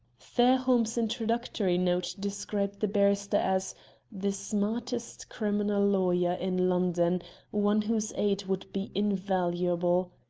fairholme's introductory note described the barrister as the smartest criminal lawyer in london one whose aid would be invaluable.